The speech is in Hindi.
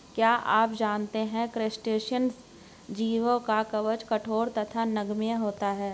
क्या आप जानते है क्रस्टेशियन जीवों का कवच कठोर तथा नम्य होता है?